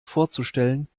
vorzustellen